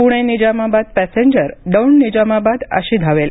Pune Nizamabad passenger Daund Nizamabad अशी धावेल